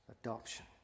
Adoption